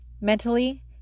mentally